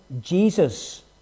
Jesus